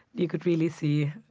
you could really see,